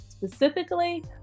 specifically